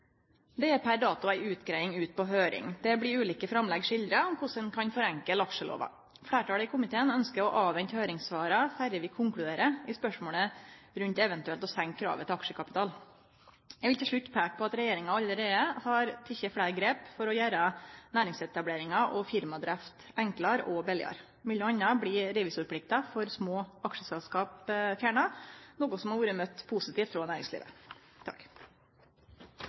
Det er per dato ei utgreiing ute på høyring. Der blir ulike framlegg skildra om korleis ein kan forenkle aksjelova. Fleirtalet i komiteen ønskjer å avvente høyringssvara før vi konkluderer i spørsmålet om eventuelt å senke kravet til aksjekapital. Eg vil til slutt peike på at regjeringa allereie har teke fleire grep for å gjere næringsetableringar og firmadrift enklare og billigare. Mellom anna blir revisorplikta for små aksjeselskap fjerna, noko som har vore møtt positivt frå næringslivet.